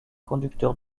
conducteurs